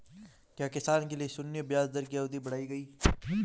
क्या किसानों के लिए शून्य ब्याज दर की अवधि बढ़ाई गई?